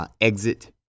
Exit